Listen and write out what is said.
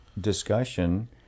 discussion